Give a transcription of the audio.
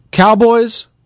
Cowboys